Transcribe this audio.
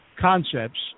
concepts